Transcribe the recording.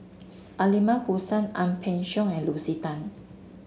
Aliman Hassan Ang Peng Siong and Lucy Tan